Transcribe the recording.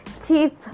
teeth